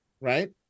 right